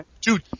Dude